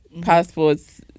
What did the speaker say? passports